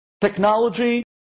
technology